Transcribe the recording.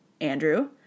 Andrew